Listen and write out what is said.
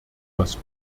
was